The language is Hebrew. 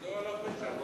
מה אתה רוצה?